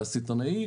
והסיטונאי,